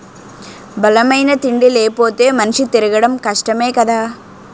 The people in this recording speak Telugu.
బలమైన తిండి లేపోతే మనిషి తిరగడం కష్టమే కదా